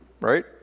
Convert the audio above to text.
right